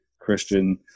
Christian